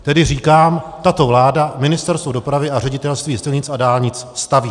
Tedy říkám, tato vláda, Ministerstvo dopravy a Ředitelství silnic a dálnic staví.